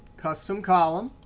custom column.